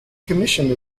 commissioned